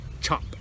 Chop